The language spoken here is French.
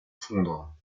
fondre